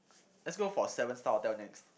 let's go for a seven star hotel next